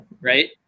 Right